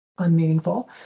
unmeaningful